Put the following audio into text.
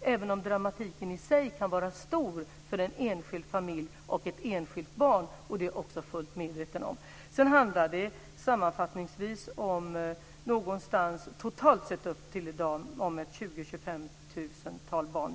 även om dramatiken i sig kan vara stor för en enskild familj och ett enskilt barn. Det är jag fullt medveten om. Sammanfattningsvis handlar det om totalt 20 000 25 000 barn.